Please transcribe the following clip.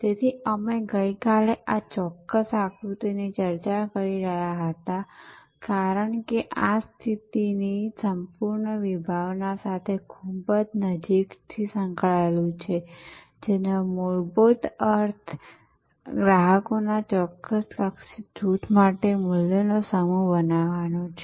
તેથી અમે ગઈકાલે આ ચોક્કસ આકૃતિની ચર્ચા કરી રહ્યા હતા કારણ કે આ સ્થિતિની સંપૂર્ણ વિભાવના સાથે ખૂબ જ નજીકથી સંકળાયેલું છે જેનો મૂળભૂત અર્થ ગ્રાહકોના ચોક્કસ લક્ષિત જૂથ માટે મૂલ્યોનો સમૂહ બનાવવાનો છે